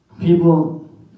people